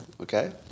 Okay